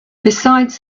besides